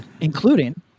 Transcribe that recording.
including